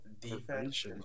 defense